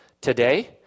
today